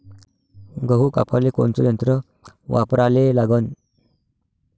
गहू कापाले कोनचं यंत्र वापराले लागन?